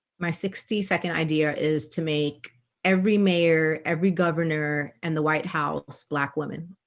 my sixty second idea is to make every mayor every governor and the white house black women